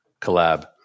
collab